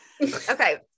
Okay